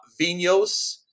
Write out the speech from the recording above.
Vinos